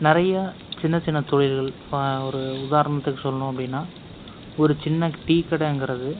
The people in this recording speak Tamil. நிறையா சின்ன சின்னத் தொழில்கள் பா ஒரு உதாரணத்துக்கு சொல்லணும் அப்படின்னா ஒரு சின்ன டீ கடைங்கிறது